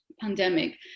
pandemic